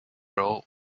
role